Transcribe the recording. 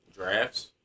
Drafts